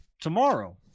Tomorrow